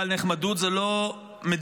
אבל נחמדות זו לא מדינאות.